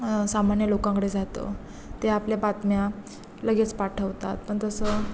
सामान्य लोकांकडे जातं ते आपल्या बातम्या लगेच पाठवतात पण तसं